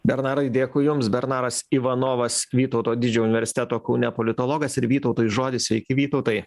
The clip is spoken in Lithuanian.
bernarai dėkui jums bernaras ivanovas vytauto didžiojo universiteto kaune politologas ir vytautui žodis sveiki vytautai